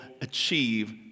achieve